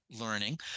learning